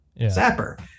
Zapper